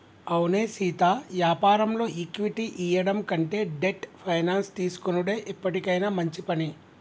అవునే సీతా యాపారంలో ఈక్విటీ ఇయ్యడం కంటే డెట్ ఫైనాన్స్ తీసుకొనుడే ఎప్పటికైనా మంచి పని